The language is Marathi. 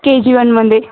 के जी वनमध्ये